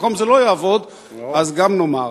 במקום שזה לא יעבוד אז גם נאמר.